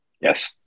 Yes